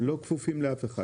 לא כפופים לאף אחד?